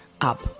up